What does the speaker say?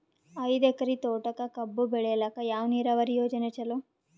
ಐದು ಎಕರೆ ತೋಟಕ ಕಬ್ಬು ಬೆಳೆಯಲಿಕ ಯಾವ ನೀರಾವರಿ ಯೋಜನೆ ಚಲೋ?